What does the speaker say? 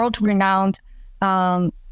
world-renowned